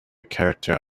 character